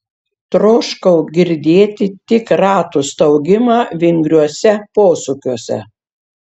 troškau girdėti tik ratų staugimą vingriuose posūkiuose